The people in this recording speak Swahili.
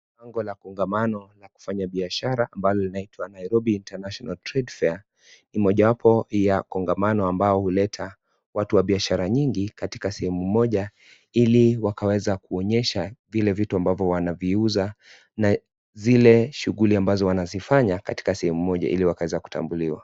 Bango la kongamano la kufanya biashara ambalo linaitwa, Nairobi International Trade Fare ,ni mojawapo ya kongamano ambao huleta watu wa biashara nyingi katika sehemu moja ili wakaweza kuonyesha vile vitu ambavyo wanavyouza na zile shughuli ambazo wanazifanya katika sehemu moja ili wakaweza kutambuliwa.